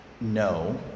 no